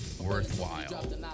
worthwhile